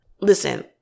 Listen